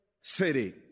city